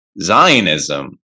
Zionism